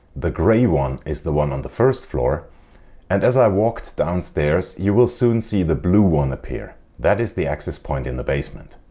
the grey one is the one on the first floor and as i walked downstairs you will soon see the blue one appear that is the access point in the basement.